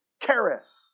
Karis